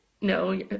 No